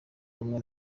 rumwe